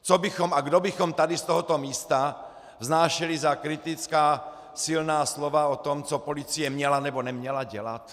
Co bychom a kdo bychom tady z tohoto místa vznášeli za kritická silná slova o tom, co policie měla nebo neměla dělat?